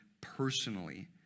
personally